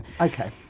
okay